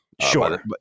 Sure